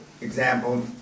example